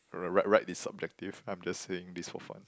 right right right is subjective I'm just saying this for fun